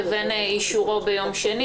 לבין אישורו ביום שני.